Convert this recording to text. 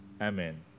amen